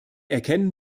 erkennen